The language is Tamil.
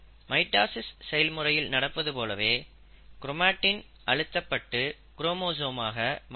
மைட்டாசிஸ் செயல்முறையில் நடப்பது போலவே கிரோமடின் அழுத்தப்பட்டு குரோமோசோம் ஆக மாறும்